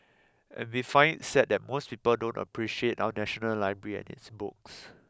and we find it sad that most people don't appreciate our national library and its books